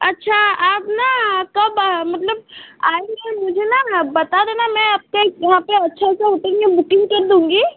अच्छा आप न कब मतलब आएँगे मुझे न आप बता देना मैं आपका एक यहाँ पर अच्छा सा होटल में बुकिंग कर दूँगी